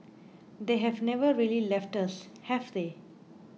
they have never really left us have they